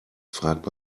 fragt